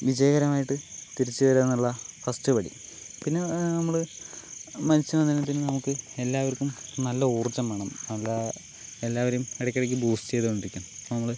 വിജയകരമായിട്ട് തിരിച്ച് വരുകയെന്നുള്ള ഫസ്റ്റ് പടി പിന്നെ നമ്മള് മത്സ്യബന്ധനത്തിന് നമുക്ക് എല്ലാവർക്കും നല്ല ഊർജ്ജം വേണം അല്ലാ എല്ലാവരും ഇടക്കിടക്ക് ബൂസ്റ്റ് ചെയ്തുകൊണ്ടിരിക്കണം നമ്മള്